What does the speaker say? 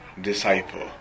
disciple